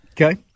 Okay